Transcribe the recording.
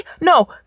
no